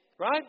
Right